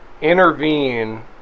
Intervene